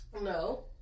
no